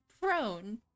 prone